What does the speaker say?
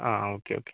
ആ okay okay